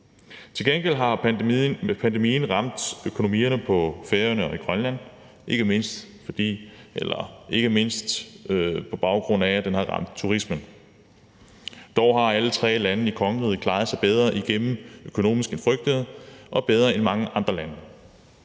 Til gengæld har pandemien ramt økonomierne på Færøerne og i Grønland, ikke mindst på baggrund af at den har ramt turismen. Dog har alle tre lande i kongeriget klaret sig bedre økonomisk igennem end frygtet og bedre end mange andre lande.